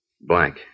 Blank